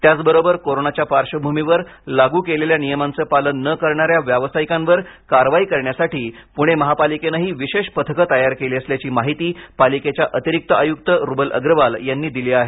त्याचबरोबर कोरोनाच्या पार्श्वभूमीवर लागू केलेल्या नियमांचं पालन न करणाऱ्या व्यावसायिकांवर कारवाई करण्यासाठी पुणे महापालिकेनं विशेष पथकं तयार केली आहेत अशी माहिती पालिकेच्या अतिरिक्त आयुक्त रुबल अग्रवाल यांनी दिली आहे